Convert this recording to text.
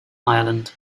ireland